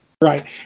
right